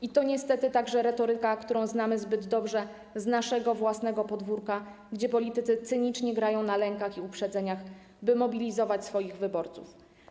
I to niestety także retoryka, którą znamy zbyt dobrze z naszego własnego podwórka, gdzie politycy cynicznie grają na lękach i uprzedzeniach, by mobilizować swoich wyborców.